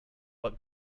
but